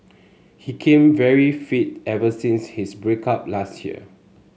he came very fit ever since his break up last year